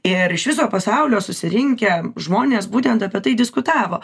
ir iš viso pasaulio susirinkę žmonės būtent apie tai diskutavo